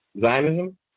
Zionism